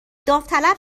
داوطلب